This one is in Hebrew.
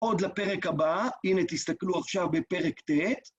עוד לפרק הבא, הנה תסתכלו עכשיו בפרק ט